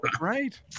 Right